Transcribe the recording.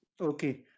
Okay